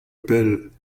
pell